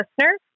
listeners